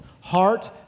Heart